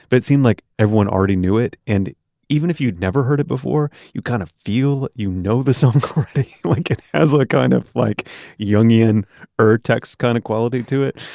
but it seemed like everyone already knew it. and even if you'd never heard it before, you kind of feel you know the song already. like it has a kind of like jungian urtext kind of quality to it.